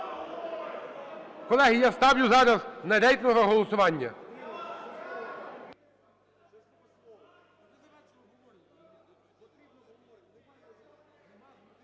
Колеги, я ставлю зараз на рейтингове голосування.